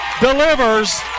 delivers